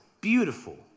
beautiful